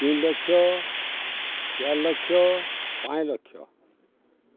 ତିନି ଲକ୍ଷ ଚାରି ଲକ୍ଷ ପାଞ୍ଚ ଲକ୍ଷ